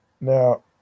now